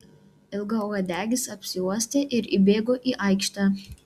ilgauodegis apsiuostė ir įbėgo į aikštę